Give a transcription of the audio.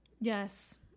yes